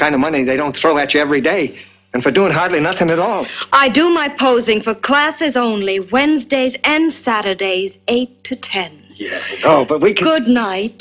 kind of money they don't throw at you every day and for doing hardly not going at all i do my posing for classes only wednesdays and saturdays eight to ten zero but we could night